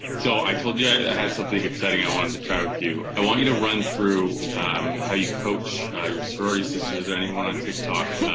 so i told you i and had something exciting i wanted to try with you. i want you to run through um how you coach ah your sorority sisters or anyone on tiktok